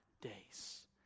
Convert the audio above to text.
days